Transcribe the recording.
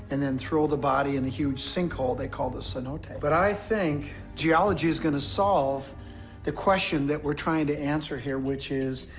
and then throw the body in a huge sinkhole they called the cenote. but i think geology is going to solve the question that we're trying to answer here, which is,